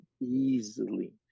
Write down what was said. easily